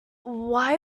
why